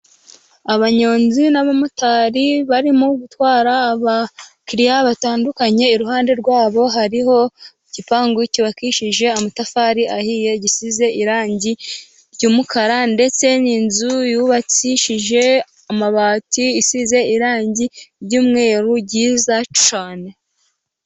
Abanyonzi n'abamotari barimo gutwara abakiriya batandukanye, iruhande rwabo hariho igipangu cyubakishije amatafari ahiye, gisize irangi ry'umukara, , ndetse n'inzu yubakishije amabati, isize irangi ry'umweru ryiza cyane.